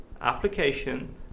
application